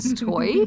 toy